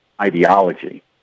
ideology